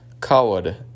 Coward